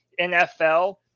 NFL